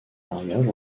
mariage